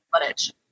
footage